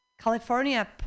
California